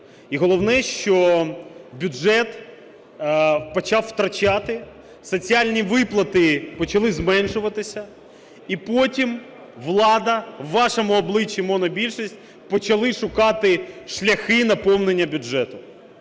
і головне, що бюджет почав втрачати, соціальні виплати почали зменшуватися, і потім влада у вашому обличчі, монобільшість, почали шукати шляхи наповнення бюджету.